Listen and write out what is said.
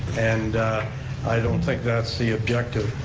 and i don't think that's the objective.